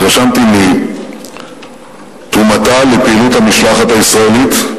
התרשמתי מתרומתה לפעילות המשלחת הישראלית,